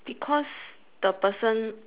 because the person